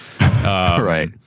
Right